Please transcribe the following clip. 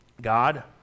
God